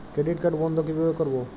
Credit card বন্ধ কিভাবে করবো?